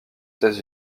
états